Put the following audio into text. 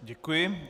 Děkuji.